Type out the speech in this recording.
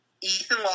Ethan